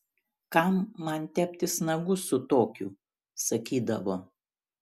kam man teptis nagus su tokiu sakydavo